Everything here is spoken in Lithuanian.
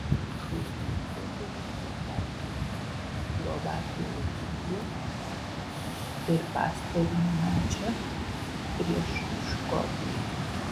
būtent tokiu rezultatu slovakai laimėjo ir pastarąjį mačą prieš škotus